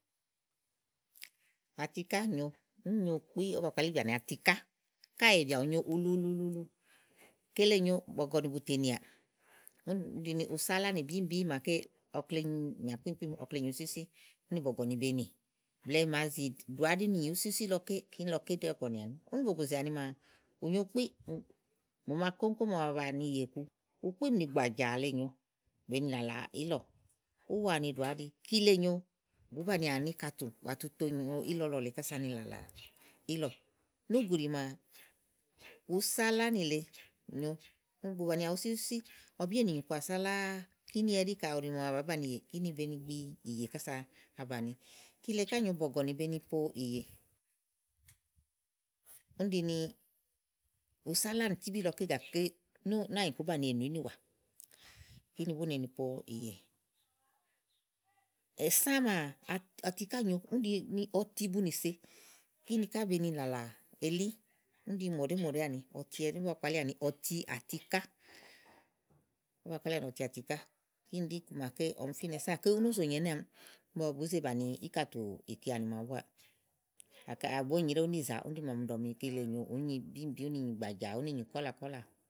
Atiká nyòo úni nyo kpi ówó ba kpalíbìà ni atíká káèè bìà bù nyo uluululuulu. kele nyòo bɔ̀gɔ̀nì bùtè nìàà. úni ɖi ni usálánì bùbì màa ké ɔkle nyà kpíìm kpíìm ɔkle nyì wusiwusí. úni bɔ̀gɔ̀nì be nì blɛ̀ɛ màa zì ɖòà áɖi úni nyì wúsíwúsí lɔ ké kíni lɔ ké ɖí bɔ̀gɔ̀nì àni úni bòg̀ozè àni maa ù nyo kpí mòma kóŋ kóŋ mò ma ba bàni ìyè ku ukpíìm nì gbàjàà le nyòo bèe ni làlà ílɔ̀ úwaanì iɖòà aɖi kile nyo bùú banììà ani íkàtú bàatu to nyo ílɔlɔ lèe kása làlà ílɔ̀. núùguɖi maa usálànì le nyòo bu bànià wúsíwúsí ɔbí ènù nyì kɔà sáláá kíni ɛɖí kayi mò màa bu bu ɖàán banìi ìyè, kínì be ni gbi ìyè kása abànìì. kile ká nyòo nɔ̀gɔ̀nì be ni po ìyè, úni ɖi usálánì tíbíí lɔ ké gàké náànyiku ùú banìi ènù ínìwà kíni bú ne ni po ìyè è sã maa, atiká nyòo úni ɖi ni ɔti bu nì se úni ká be ni làlà elí úni ɖi mòɖèé mòɖèé àni ówó ba kpalíà ni ɔtiàtiká ówó ba kpalíà ni ɔtiàtuká kíni ɖí ikumàa ɔmi fínɛ sã gàké ú nó zò nyo ɛnɛ́ àámiì ígbɔ bùú zee bàni íkatù ìkeanì màaɖu búáà. kàyi è bé nyréwu níìza úni ɖi màa ɔmi ɖò ni kile nyòo ùú nyi bííbíí úni nyì gbàjàà úni nyì kɔ̀là kɔ̀là.